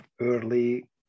early